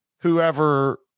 whoever